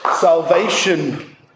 Salvation